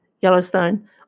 Yellowstone